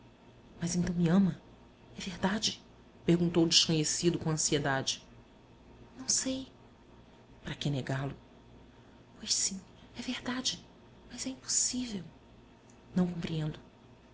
mas então me ama é verdade perguntou o desconhecido com ansiedade não sei para que negá-lo pois sim é verdade mas é impossível não